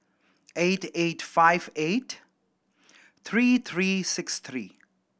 eight eight five eight three three six three